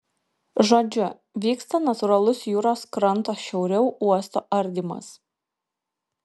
žodžiu vyksta natūralus jūros kranto šiauriau uosto ardymas